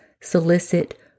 solicit